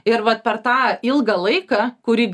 ir vat per tą ilgą laiką kurį